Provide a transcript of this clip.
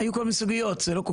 היו כל מיני סוגיות זה לא נוגע,